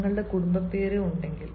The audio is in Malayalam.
നിങ്ങളുടെ കുടുംബപ്പേര് ഉണ്ടെങ്കിൽ